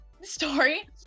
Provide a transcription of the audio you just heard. story